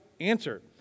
answer